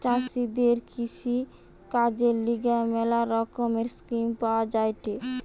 চাষীদের কৃষিকাজের লিগে ম্যালা রকমের স্কিম পাওয়া যায়েটে